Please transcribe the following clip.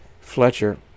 fletcher